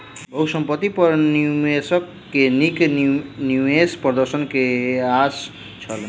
बहुसंपत्ति पर निवेशक के नीक निवेश प्रदर्शन के आस छल